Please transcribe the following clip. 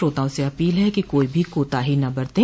श्रोताओं से अपील है कि कोई भी कोताही न बरतें